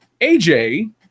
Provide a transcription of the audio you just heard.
AJ